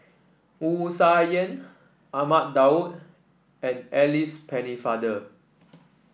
Wu Tsai Yen Ahmad Daud and Alice Pennefather